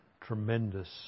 tremendous